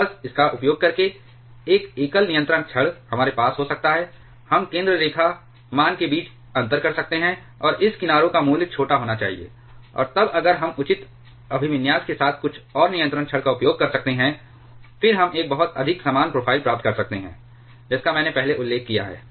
तो बस इसका उपयोग करके एक एकल नियंत्रण क्षण हमारे पास हो सकता है हम केंद्र रेखा मान के बीच अंतर कर सकते हैं और इस किनारों का मूल्य छोटा होना चाहिए और तब अगर हम उचित अभिविन्यास के साथ कुछ और नियंत्रण छड़ का उपयोग कर सकते हैं फिर हम एक बहुत अधिक समान प्रोफ़ाइल प्राप्त कर सकते हैं जिसका मैंने पहले उल्लेख किया है